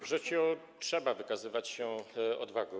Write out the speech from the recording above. W życiu trzeba wykazywać się odwagą.